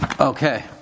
Okay